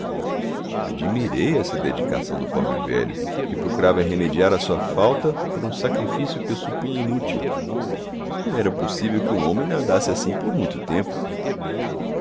admirei essa dedicação do pobre velho que procurava remediar a sua falta por um sacrifício que eu supunha inútil não era possível que um homem nadasse assim por muito tempo